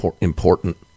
important